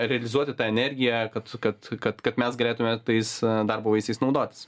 realizuoti tą energiją kad kad kad kad mes galėtume tais darbo vaisiais naudotis